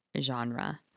genre